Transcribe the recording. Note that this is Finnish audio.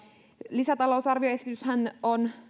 lisätalousarvioesityshän on